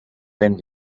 wenn